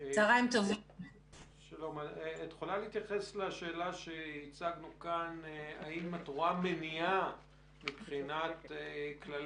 קטיעת שרשראות ההדבקה אל מול האמצעי החלופי שהמדינה מעמידה או אמצעי